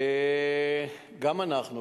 גם אנחנו,